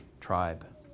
tribe